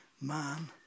man